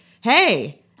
hey